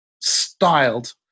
styled